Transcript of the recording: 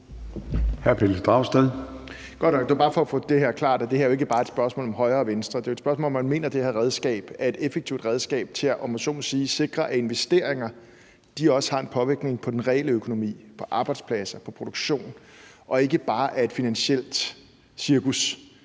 det gjort klart, at det jo ikke bare er et spørgsmål om højre og venstre. Det er et spørgsmål om, om man mener, at det her redskab er et effektivt redskab til, om man så må sige, at sikre, at investeringer også har en påvirkning på den reelle økonomi, på arbejdspladser og på produktion og ikke bare er et finansielt cirkus.